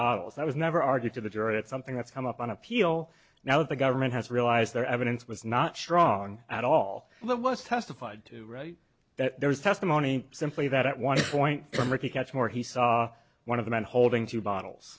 bottles that was never argued to the jury it's something that's come up on appeal now that the government has realized their evidence was not strong at all what was testified to that there was testimony simply that at one point from ricky couch more he saw one of the men holding two bottles